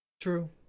True